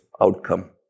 outcome